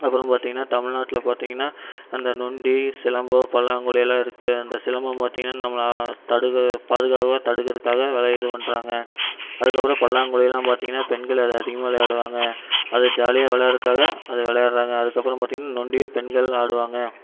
அப்புறம் பார்த்திங்கனா தமிழ்நாட்டில் பார்த்திங்கனா அந்த நொண்டி சிலம்பம் பல்லாங்குழிலாம் இருக்கு அந்த சிலம்பம் பார்த்திங்கனா நம்ம தடுக்க பாதுகாப்பாக தடுக்கிறதுக்கா விளை இது பண்றாங்க அதற்கப்பறம் பல்லாங்குழிலாம் பார்த்திங்கனா பெண்கள் அதை அதிகமாக விளையாடுவாங்க அதை ஜாலியாக விளையாடுறக்காக அதை விளையாட்றாங்க அதற்கப்பறம் பார்த்திங்கனா நொண்டி பெண்கள் ஆடுவாங்க